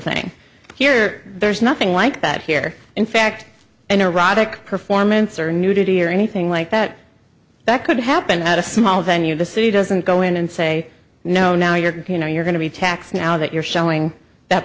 thing here there's nothing like that here in fact in erotic performance or nudity or anything like that that could happen at a small venue the city doesn't go in and say no now you're going or you're going to be taxed now that you're showing that